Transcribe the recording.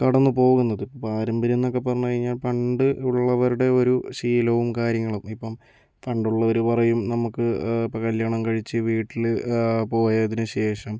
കടന്ന് പോകുന്നത് പാരമ്പര്യം എന്നൊക്കെ പറഞ്ഞ് കഴിഞ്ഞാൽ പണ്ട് ഉള്ളവരുടെ ഒരു ശീലവും കാര്യങ്ങളും ഇപ്പം പണ്ടുള്ളവര് പറയും നമ്മക്ക് ഇപ്പം കല്യാണം കഴിച്ച് വീട്ടില് പോയതിന് ശേഷം